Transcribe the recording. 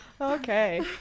Okay